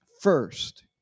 first